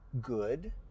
good